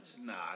Nah